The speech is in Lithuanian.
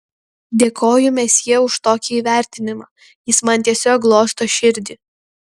dėkoju mesjė už tokį įvertinimą jis man tiesiog glosto širdį